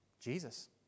Jesus